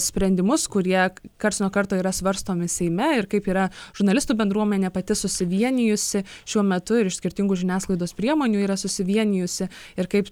sprendimus kurie karts nuo karto yra svarstomi seime ir kaip yra žurnalistų bendruomenė pati susivienijusi šiuo metu ir iš skirtingų žiniasklaidos priemonių yra susivienijusi ir kaip